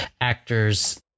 actors